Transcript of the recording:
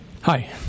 Hi